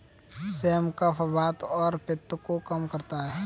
same कफ, वात और पित्त को कम करता है